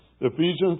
Ephesians